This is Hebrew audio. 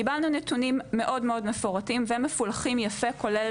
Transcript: קיבלנו נתונים מאוד מאוד מפורטים ומפולחים יפה כולל